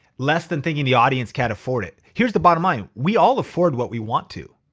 less than thinking the audience can't afford it. here's the bottom line, we all afford what we want to.